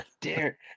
dare